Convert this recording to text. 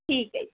ਠੀਕ ਹੈ ਜੀ